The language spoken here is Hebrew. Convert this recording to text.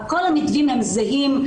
כל המתווים הם זהים.